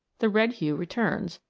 the red hue returns,